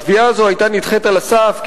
התביעה הזו היתה נדחית על הסף,